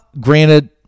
granted